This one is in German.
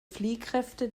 fliehkräfte